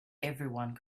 everyone